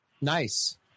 Nice